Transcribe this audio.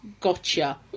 gotcha